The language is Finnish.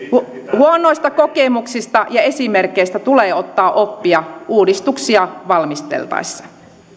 huonoista kokemuksista ja esimerkeistä tulee ottaa oppia uudistuksia valmisteltaessa